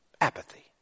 Apathy